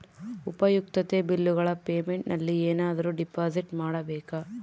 ಉಪಯುಕ್ತತೆ ಬಿಲ್ಲುಗಳ ಪೇಮೆಂಟ್ ನಲ್ಲಿ ಏನಾದರೂ ಡಿಪಾಸಿಟ್ ಮಾಡಬೇಕಾ?